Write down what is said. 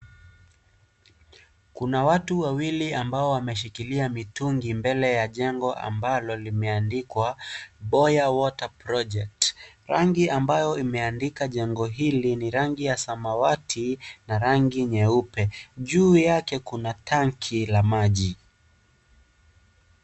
Kuna watu wawili ambao wameshikilia mitungi mbele ya jengo ambalo limeandikwa BOYA WATER PROJECT . Rangi ambayo imendika jengo hili ni rangi ya samawati na rangi nyeupe. Juu yake kuna tanki la maji.